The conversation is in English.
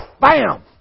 Bam